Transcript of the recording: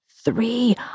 three